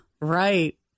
Right